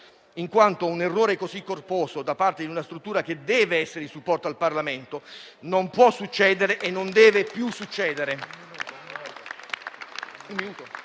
in quanto un errore così corposo da parte di una struttura che deve essere di supporto al Parlamento non può succedere e non deve più succedere.